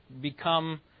become